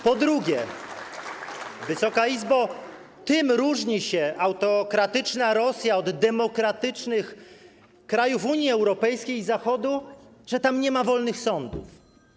Po drugie, Wysoka Izbo, tym różni się autokratyczna Rosja od demokratycznych krajów Unii Europejskiej i Zachodu, że tam nie ma wolnych sądów.